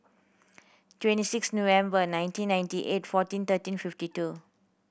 twenty six November nineteen ninety eight fourteen thirteen fifty two